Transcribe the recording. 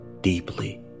deeply